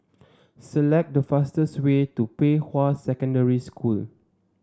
select the fastest way to Pei Hwa Secondary School